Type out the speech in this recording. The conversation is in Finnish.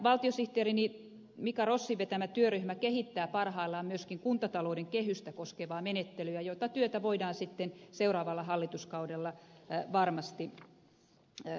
valtiosihteerini mika rossin vetämä työryhmä kehittää parhaillaan myöskin kuntatalouden kehystä koskevaa menettelyä jota työtä voidaan sitten seuraavalla hallituskaudella varmasti hyödyntää